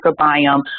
microbiome